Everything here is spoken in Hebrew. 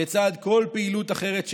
לצד כל פעילות אחרת שלנו,